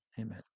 Amen